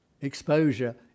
exposure